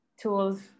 tools